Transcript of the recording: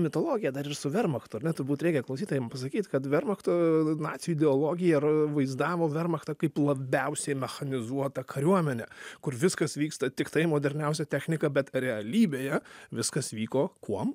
mitologija dar ir su vermachtu turbūt reikia klausytojam pasakyt kad vermachto nacių ideologija ir vaizdavo vermachtą kaip labiausiai mechanizuotą kariuomenę kur viskas vyksta tiktai moderniausia technika bet realybėje viskas vyko kuom